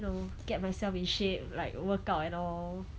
know get myself in shape like workout and all